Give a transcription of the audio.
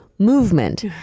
Movement